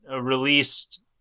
released